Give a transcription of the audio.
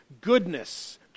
goodness